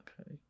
Okay